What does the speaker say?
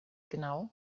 genau